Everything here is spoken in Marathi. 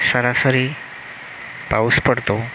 सरासरी पाऊस पडतो